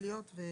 חדשים.